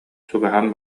чугаһаан